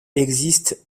existe